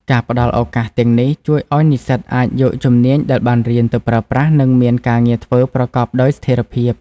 ការផ្តល់ឱកាសទាំងនេះជួយឱ្យនិស្សិតអាចយកជំនាញដែលបានរៀនទៅប្រើប្រាស់ និងមានការងារធ្វើប្រកបដោយស្ថិរភាព។